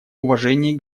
уважении